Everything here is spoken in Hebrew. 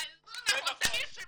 תביא שמות.